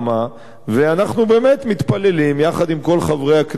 ואנחנו באמת מתפללים, יחד עם כל חברי הכנסת כאן,